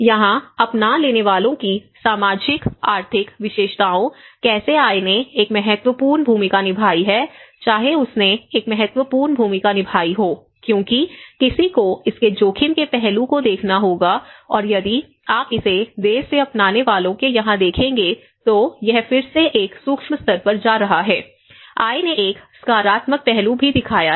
यहाँ अपना लेने वालों की सामाजिक आर्थिक विशेषताओं कैसे आय ने एक महत्वपूर्ण भूमिका निभाई है चाहे उसने एक महत्वपूर्ण भूमिका निभाई हो क्योंकि किसी को इसके जोखिम के पहलू को देखना होगा और यदि आप इसे देर से अपनाने वालों के यहाँ देखेंगे तो यह फिर से एक सूक्ष्म स्तर पर जा रहा है आय ने एक सकारात्मक पहलू भी दिखाया है